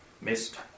Missed